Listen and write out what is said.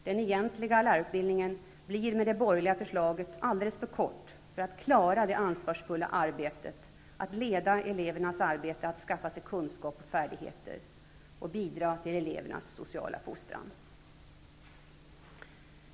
Den egentliga lärarutbildningen blir med det borgerliga förslaget alldeles för kort för att lärarna skall klara det ansvarsfulla arbetet att leda elevernas arbete att skaffa sig kunskap och färdigheter och bidra till elevernas sociala fostran.